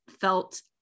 felt